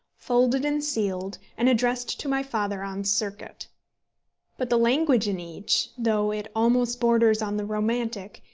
folded and sealed, and addressed to my father on circuit but the language in each, though it almost borders on the romantic,